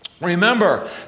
Remember